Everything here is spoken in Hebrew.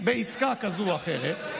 בעסקה כזאת או אחרת,